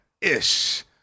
ish